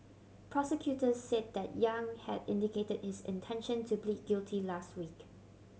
prosecutors said that Yang had indicated his intention to plead guilty last week